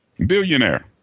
Billionaire